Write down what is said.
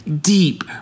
deep